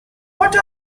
what